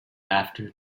after